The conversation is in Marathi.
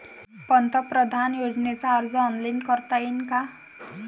पंतप्रधान योजनेचा अर्ज ऑनलाईन करता येईन का?